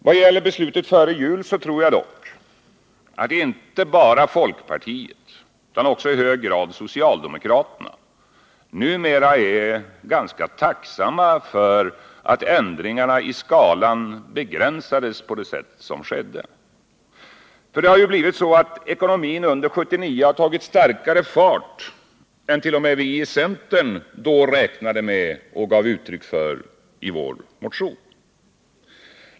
Vad gäller beslutet före jul tror jag dock att inte bara folkpartiet utan också i hög grad socialdemokraterna numera är ganska tacksamma för att ändringarna i skalan begränsades på det sätt som då skedde. För det har ju blivit så att ekonomin under 1979 har tagit starkare fart än t.o.m. vi i centern räknade med och gav uttryck för i vår motion.